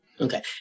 Okay